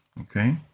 Okay